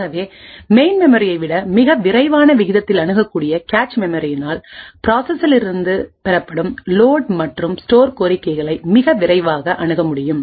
ஆகவே மெயின் மெமரியை விட மிக விரைவான விகிதத்தில் அணுகக்கூடிய கேச் மெமரியினால் ப்ராசஸரிலிருந்து பெறப்படும் லோட் மற்றும் ஸ்டோர் கோரிக்கைகளை மிக விரைவாகஅணுக முடியும்